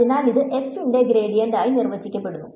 അതിനാൽ ഇത് f ന്റെ ഗ്രേഡിയന്റ് ആയി നിർവചിക്കപ്പെടുന്നു